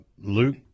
Luke